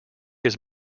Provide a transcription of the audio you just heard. his